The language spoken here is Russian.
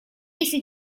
если